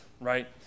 right